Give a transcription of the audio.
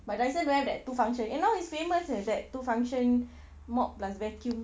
but Dyson don't have that two function you know it's famous eh that two function mop plus vacuum